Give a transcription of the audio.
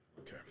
Okay